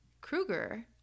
Krueger